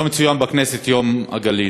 היום צוין בכנסת יום הגליל.